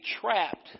trapped